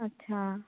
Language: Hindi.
अच्छा